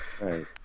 Right